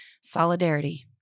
solidarity